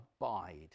abide